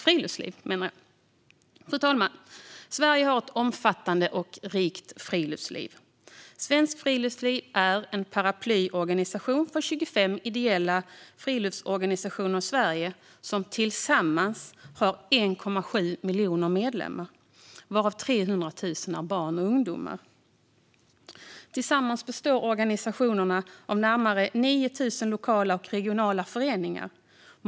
Fru talman! Sverige har ett omfattande och rikt friluftsliv. Svenskt Friluftsliv är en paraplyorganisation för 25 ideella friluftsorganisationer i Sverige som tillsammans har 1,7 miljoner medlemmar, varav 300 000 är barn och ungdomar. Tillsammans består organisationerna av närmare 9 000 lokala och regionala föreningar.